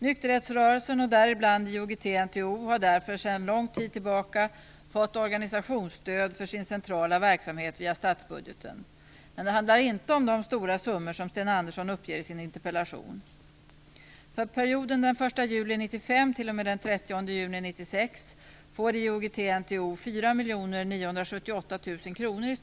Nykterhetsrörelsen och däribland IOGT-NTO har därför sedan lång tid tillbaka fått organisationsstöd för sin centrala verksamhet via statsbudgeten. Men det handlar inte om de stora summor som Sten Andersson uppger i sin interpellation.